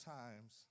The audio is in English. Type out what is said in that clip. times